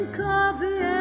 coffee